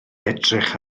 edrych